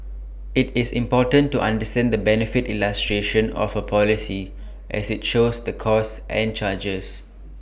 IT is important to understand the benefit illustration of A policy as IT shows the costs and charges